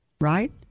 right